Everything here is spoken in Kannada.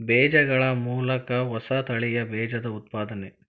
ಬೇಜಗಳ ಮೂಲಕ ಹೊಸ ತಳಿಯ ಬೇಜದ ಉತ್ಪಾದನೆ